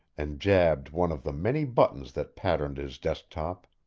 and jabbed one of the many buttons that patterned his desktop.